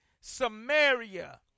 Samaria